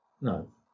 no